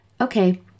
okay